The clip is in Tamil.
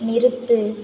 நிறுத்து